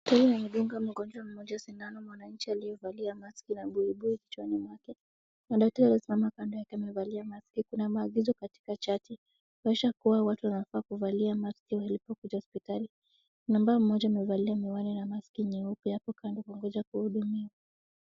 Kumduga mgonjwa mmoja sindano. Mwananchi aliyevaa maski na buibui kichwani mwake na daktari alisimama kando yake amevaa maski. Kuna maagizo katika chati kuonyesha kuwa watu wanafaa kuvalia maski walipokuja hospitali. Kuna mama mmoja amevaa miwani na maski nyeupe hapo kando kungoja kuhudumiwa.